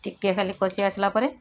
ଟିକେ ଖାଲି କଷି ଆସିଲା ପରେ